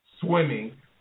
swimming